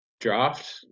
draft